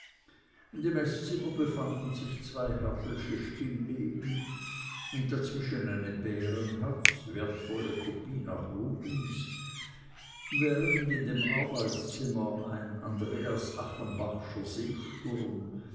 in dem eßzimmer befanden sich zwei hertelsche stilleben und dazwischen eine bärenhatz wertvolle kopie nach rubens während in dem arbeitszimmer ein andreas achenbachscher seesturm